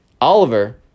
Oliver